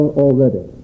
already